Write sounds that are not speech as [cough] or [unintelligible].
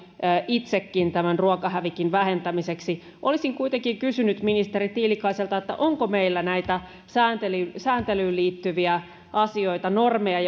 itsekin tämän ruokahävikin vähentämiseksi olisin kuitenkin kysynyt ministeri tiilikaiselta onko meillä näitä sääntelyyn liittyviä asioita normeja [unintelligible]